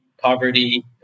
poverty